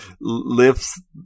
lifts